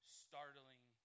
startling